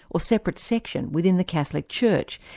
or separate section, within the catholic church,